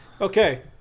Okay